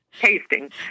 tasting